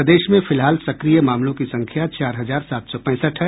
प्रदेश में फिलहाल सक्रिय मामलों की संख्या चार हजार सात सौ पैंसठ है